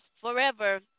forever